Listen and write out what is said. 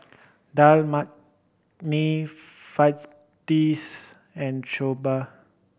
Dal Makhani Fajitas and Soba